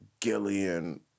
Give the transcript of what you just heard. Gillian